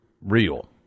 real